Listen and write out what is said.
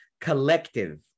collective